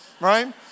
right